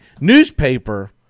newspaper